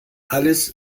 alles